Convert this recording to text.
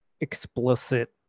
explicit